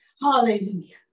Hallelujah